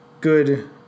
good